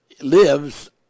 Lives